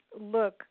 look